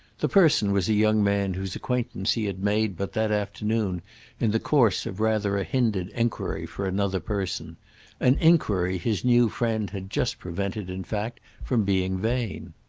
the person was a young man whose acquaintance he had made but that afternoon in the course of rather a hindered enquiry for another person an enquiry his new friend had just prevented in fact from being vain.